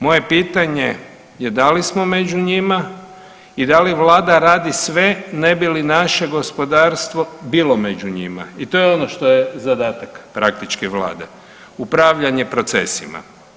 Moje pitanje je da li smo među njima i da li Vlada radi sve ne bi li naše gospodarstvo bilo među njima i to je ono što je zadatak, praktički, Vlade, upravljanje procesima.